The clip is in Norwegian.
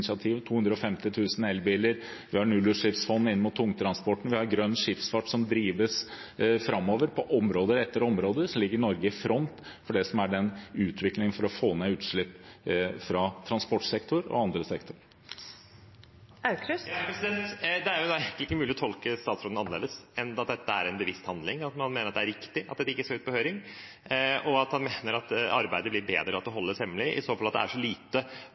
elbiler, vi har nullutslippsfond inn mot tungtransporten, vi har grønn skipsfart som drives framover. På område etter område ligger Norge i front i det som er utviklingen for å få ned utslipp fra transportsektoren og andre sektorer. Det åpnes for oppfølgingsspørsmål – først Åsmund Aukrust. Det er jo da ikke mulig å tolke statsråden annerledes enn at dette er en bevisst handling, at man mener at det er riktig at det ikke skal ut på høring, og at han mener at arbeidet blir bedre av at det holdes hemmelig, eller i så fall at det er så lite